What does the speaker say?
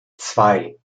zwei